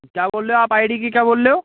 तो क्या बोल रहे हो आप आई डी की क्या बोल रहे हो